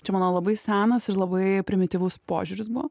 čia manau labai senas ir labai primityvus požiūris buvo